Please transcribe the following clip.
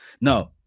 No